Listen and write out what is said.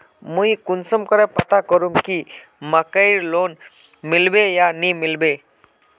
मुई कुंसम करे पता करूम की मकईर लोन मिलबे या नी मिलबे?